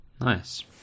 nice